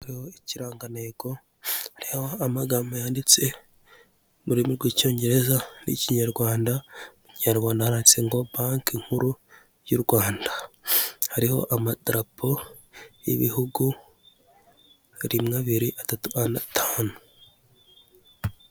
Hariho ikirangantego hariho amagambo yanditse rurimi rw'icyongereza n'ikinyarwanda mu kinyarwanda haraditse ngo banki nkuru y'u Rwanda hariho amadarapo y'ibihugu rimwe abiri atatu ane atanu.